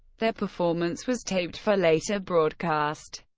their performance was taped for later broadcast.